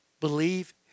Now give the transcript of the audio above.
Believe